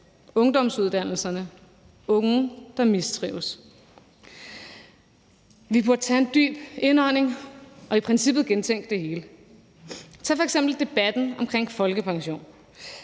ungdomsuddannelserne, unge, der mistrives. Vi burde tage en dyb indånding og i princippet gentænke det hele. Tag f.eks. debatten om folkepension.